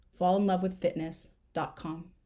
fallinlovewithfitness.com